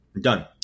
Done